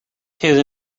his